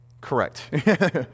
Correct